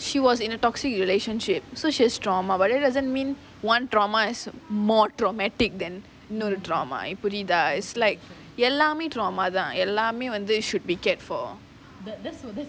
she was in a toxic relationship so she has trauma but that doesn't mean one trauma is more traumatic than no trauma புரியுதா:puriyuthaa is like எல்லாமே:ellaamae trauma தான் எல்லாமே:thaan ellaamae should be kept for